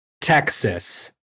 Texas